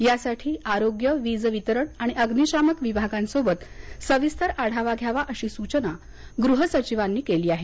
यासाठी आरोग्य वीज वितरण आणि अग्नीशामक विभागांसोबत सविस्तर आढावा घ्यावा अशी सूचना गृह सचिवांनी केली आहे